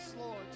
Lord